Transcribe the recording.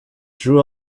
drew